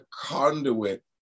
conduit